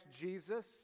Jesus